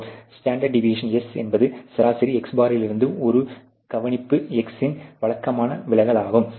standard deviation S என்பது சராசரி x̄ இலிருந்து ஒரு கவனிப்பு X இன் வழக்கமான விலகலாகும்